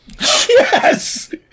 Yes